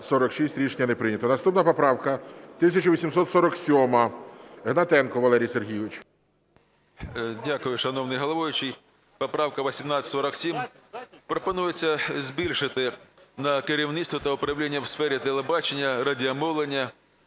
Рішення не прийнято. Наступна поправка 1847. Гнатенко Валерій Сергійович. 12:44:53 ГНАТЕНКО В.С. Дякую. Шановний головуючий, поправка 1847. Пропонується збільшити на керівництво та управління у сфері телебачення, радіомовлення